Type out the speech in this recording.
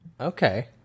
Okay